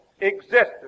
existence